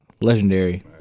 Legendary